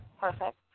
Perfect